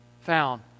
found